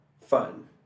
fun